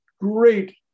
Great